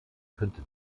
könnte